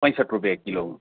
पैँसठ रुपियाँ किलो